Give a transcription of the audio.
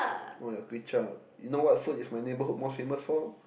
oh your kway-chap you know what food is my neighbourhood most famous for